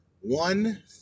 One